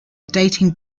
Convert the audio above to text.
dating